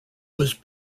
was